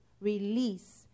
release